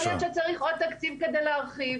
יכול להיות שצריך עוד תקציב על מנת להרחיב,